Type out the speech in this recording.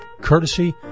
courtesy